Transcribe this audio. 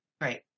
Right